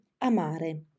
amare